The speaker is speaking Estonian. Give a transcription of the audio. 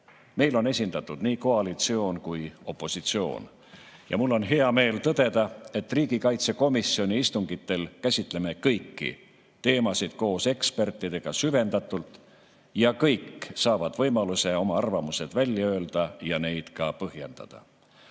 Meil on siin esindatud nii koalitsioon kui ka opositsioon. Mul on hea meel tõdeda, et riigikaitsekomisjoni istungitel käsitleme kõiki teemasid koos ekspertidega süvendatult ja kõik saavad võimaluse oma arvamused välja öelda ja neid ka põhjendada.